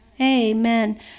Amen